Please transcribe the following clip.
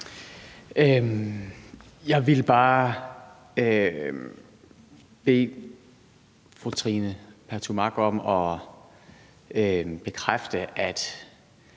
Jeg ville bare bede fru Trine Pertou Mach om at bekræfte, at